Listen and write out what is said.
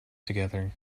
together